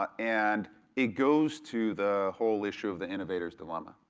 ah and it goes to the whole issue of the innovator's dilemma.